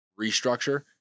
restructure